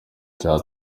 cya